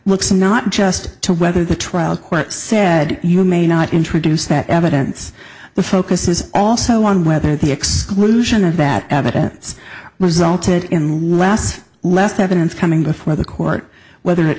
looks and not just to whether the trial court said you may not introduce that evidence the focus is also on whether the exclusion of that evidence resulted in less left evidence coming before the court whether it